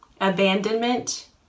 abandonment